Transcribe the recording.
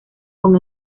con